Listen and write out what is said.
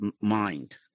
mind